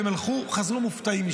והם הלכו וחזרו מופתעים,